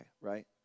right